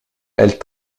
elle